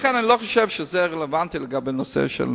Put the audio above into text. ולכן אני לא חושב שזה רלוונטי לגבי הנושא של